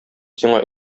сиңа